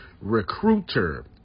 Recruiter